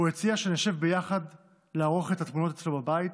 הוא הציע שנשב ביחד לערוך את התמונות אצלו בבית.